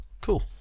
cool